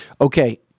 Okay